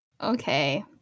okay